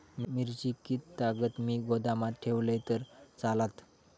मिरची कीततागत मी गोदामात ठेवलंय तर चालात?